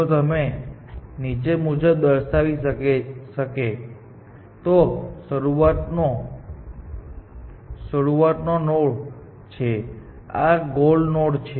જો તમે નીચે મુજબ દર્શાવી શકો તો આ શરૂઆતનો નોડ છે અને આ ગોલ નોડ છે